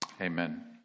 amen